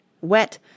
Wet